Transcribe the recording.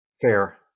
Fair